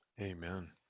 Amen